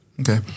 Okay